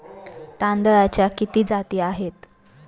तांदळाच्या किती जाती आहेत?